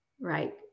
right